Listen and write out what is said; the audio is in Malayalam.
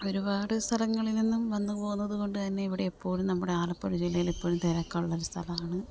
ഒരുപാട് സ്ഥലങ്ങളിൽ നിന്നും വന്ന് പോവുന്നത് കൊണ്ടു തന്നെ ഇവിടെ ഇപ്പോഴും നമ്മുടെ ആലപ്പുഴ ജില്ലയിലെപ്പോഴും തിരക്കുള്ളൊരു സ്ഥലമാണ്